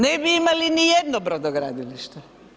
Ne bi imali nijedno brodogradilište.